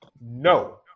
No